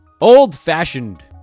Old-fashioned